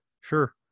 sure